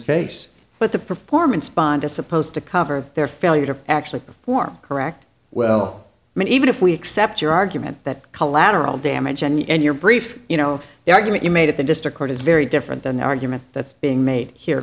case but the performance bond is supposed to cover their failure to actually perform correct well i mean even if we accept your argument that collateral damage and your briefs you know the argument you made at the district court is very different than the argument that's being made here